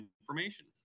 information